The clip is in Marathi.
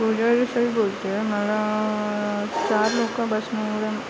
पूजा देसाई बोलते आहे मला चार लोक